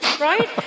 right